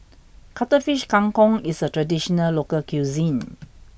Cuttlefish Kang Kong is a traditional local cuisine